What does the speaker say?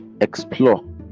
explore